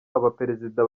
abaperezida